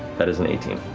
that is an eighteen.